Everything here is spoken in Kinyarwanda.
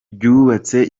ryubatse